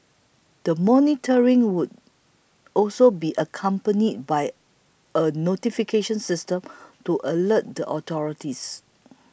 the monitoring would also be accompanied by a notification system to alert the authorities